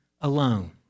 alone